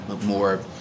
more